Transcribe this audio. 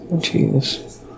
Jesus